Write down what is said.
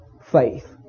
faith